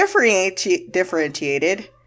differentiated